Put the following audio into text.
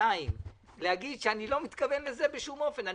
שעתיים להגיד, שאני לא מתכוון לזה בשום אופן.